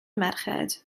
merched